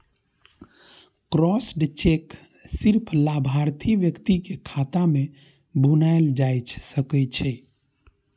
crossed cheque सिर्फ लाभार्थी व्यक्ति के खाता मे भुनाएल जा सकै छै